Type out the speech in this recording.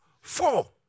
four